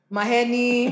Maheni